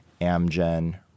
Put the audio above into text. Amgen